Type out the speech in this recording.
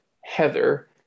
Heather